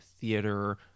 theater